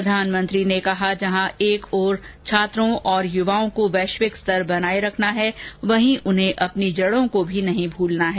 प्रधानमंत्री मोदी ने कहा कि जहां एक ओर छात्रों और युवाओं को वैश्विक स्तर बनाए रखना है वहीं उन्हें अपनी जड़ों को भी नहीं भूलना है